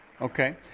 Okay